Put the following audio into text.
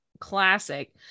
classic